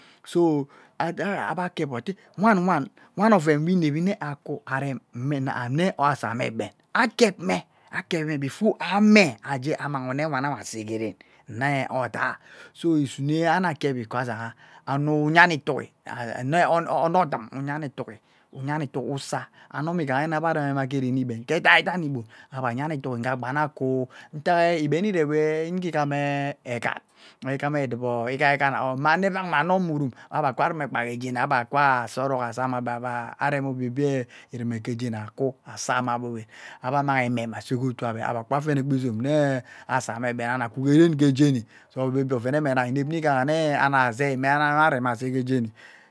So adaa kep wo ate wan wan, wan ove gbe inevi nne akwu arem mmena nne asaa mme egben akep mme akevi mme before amee aghge annanang omo ewanawe asegeren nne odaa so isunena akep iko asagha ono uyani itugi ovoi onodum uyani itugi uyani itugi usaa anome ighayene agbe remema ghee reni igben ghee edaiden igbon agbe ayani itugi nnge gbana ukwuoo itak igben iree wee ugee ghammee eghat eghane eduvoo ighighani mma ano evack nna nomurum agbee kuwaa rume gbaa ghe jeni agba kwa sorouk asababa arem obie obie irume ghejeni aukwu asaa mma gbo wen agbe annang emem asei ghee utuu gbee akwaa fene gba izom unee asa mme egben ania kwu ghee ghee ren gee jeni so obie obie ovenn eme na inep mme ighana ume ani asei mme aaa araremi asei ghee jeni.